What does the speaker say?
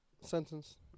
Sentence